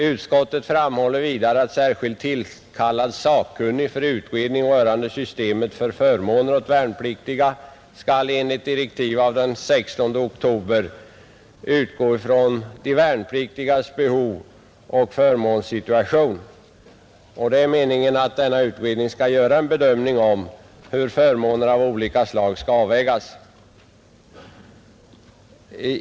Utskottet framhåller vidare att en särskilt tillkallad sakkunnig för utredning rörande systemet för förmåner åt värnpliktiga enligt direktiv av den 16 oktober 1970 skall utgå från de värnpliktigas behovsoch förmånssituation. Det är meningen att denne utredare skall göra en bedömning av hur förmåner av olika slag bör avvägas.